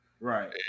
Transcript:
Right